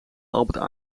albert